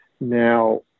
Now